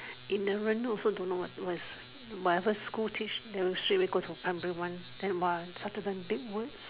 ignorant also don't know what what is whatever school teach then straightaway go to primary one then !wah! start to learn big words